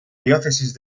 diócesis